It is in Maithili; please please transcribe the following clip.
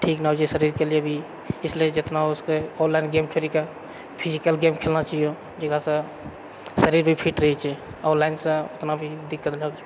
ठीक ने होइ छै शरीरके लिअऽ भी इसलिए जितना हो सके ऑनलाइन गेम छोड़िके फिजिकल गेम खेलना चाहिए जेकरासँ शरीर भी फिट रहैत छै ऑनलाइनसँ ओतना भी दिक्कत होइत छै